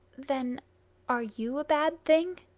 then are you a bad thing?